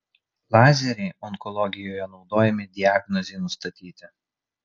lazeriai onkologijoje naudojami diagnozei nustatyti